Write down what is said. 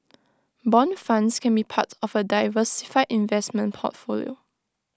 Bond funds can be part of A diversified investment portfolio